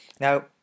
Now